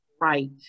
Right